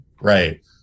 right